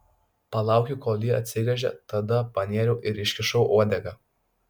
palaukiau kol ji atsigręžė tada panėriau ir iškišau uodegą